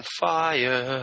fire